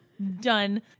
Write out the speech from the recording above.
done